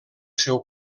seu